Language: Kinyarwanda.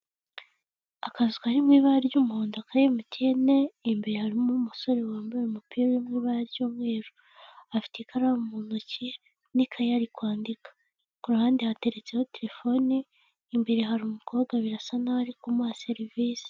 Akazu kari mu ibara ry'umuhondo ka MTN, imbere harimo umusore wambaye umupira urimo ibara ry'umweru. Afite ikaramu mu ntoki, n'ikayi ari kwandika. Ku ruhande hateretseho telefone, imbere hari umukobwa birasa n'aho ari kumuha serivise.